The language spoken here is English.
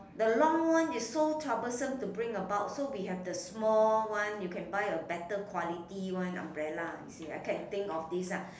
the long one is so troublesome to bring about so we have the small one you can buy a better quality one umbrella I can think of this ah